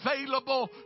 available